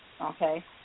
okay